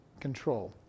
control